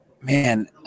Man